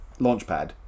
Launchpad